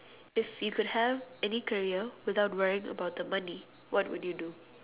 if you could have any career without worrying about the money what would you do